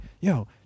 yo